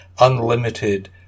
unlimited